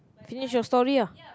finish your story lah